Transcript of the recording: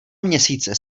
měsíce